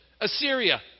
Assyria